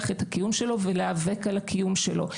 את הקיום שלו ולהיאבק על הקיום שלו.